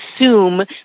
assume